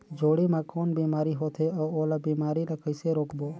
जोणी मा कौन बीमारी होथे अउ ओला बीमारी ला कइसे रोकबो?